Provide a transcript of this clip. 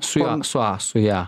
su a su a su ja